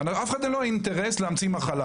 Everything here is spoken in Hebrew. הבעיה היא שצריך לדעת להגן על אנשים חלשים,